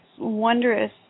wondrous